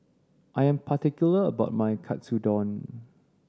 I am particular about my Katsudon